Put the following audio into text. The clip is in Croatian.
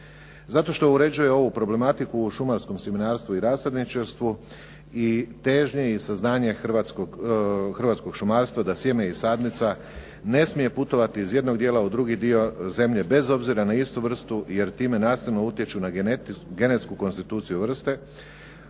Zato što uređuje ovu problematiku u šumarskom sjemenarstvu i rasadničarstvu i težnji saznanja hrvatskog šumarstva da sjeme i sadnica ne smije putovati iz jednog dijela u drugi dio zemlje, bez obzira na istu vrstu jer time nasilno utječu na genetsku konstituciju vrste